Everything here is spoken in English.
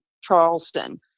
Charleston